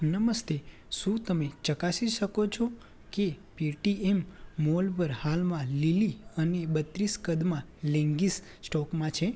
નમસ્તે શું તમે ચકાસી શકો છો કે પેટીએમ મોલ પર હાલમાં લીલી અને બત્રીસ કદમાં લેગિંગ્સ સ્ટોકમાં છે